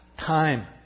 time